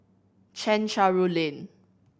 Chencharu Lane